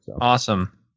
Awesome